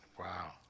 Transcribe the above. Wow